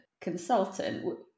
consultant